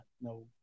no